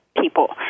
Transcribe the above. people